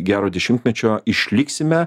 gero dešimtmečio išliksime